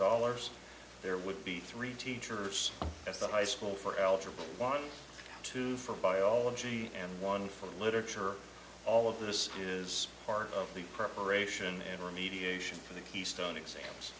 dollars there would be three teachers at the high school for eligible one two for biology and one for literature all of this is part of the preparation and remediation for the keystone exams